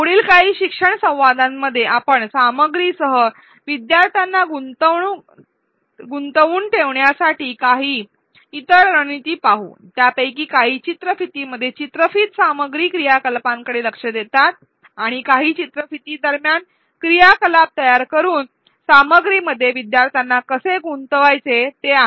पुढील काही शिक्षण संवादांमध्ये आपण सामग्रीसह विद्यार्थ्यांना गुंतवून ठेवण्यासाठी काही इतर रणनीती पाहू त्यापैकी काही चित्रफितीमध्ये चित्रफित सामग्री क्रियाकलापांकडे लक्ष देतात आणि काही चित्रफिती दरम्यान क्रियाकलाप तयार करून सामग्रीमध्ये विद्यार्थ्यांना कसे गुंतवायचे ते आहेत